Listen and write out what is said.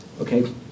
okay